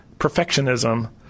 perfectionism